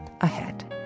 ahead